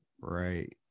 right